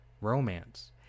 romance